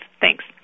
Thanks